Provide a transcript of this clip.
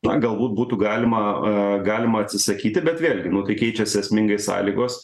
tą galbūt būtų galima a galima atsisakyti bet vėlgi keičiasi esmingai sąlygos